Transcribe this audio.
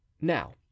Now